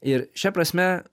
ir šia prasme